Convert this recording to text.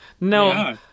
No